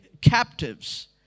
captives